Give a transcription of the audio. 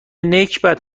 نکبت